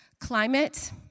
climate